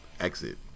exit